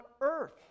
earth